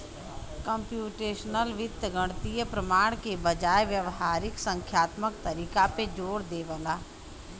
computational वित्त गणितीय प्रमाण के बजाय व्यावहारिक संख्यात्मक तरीका पे जोर देवला